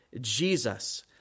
Jesus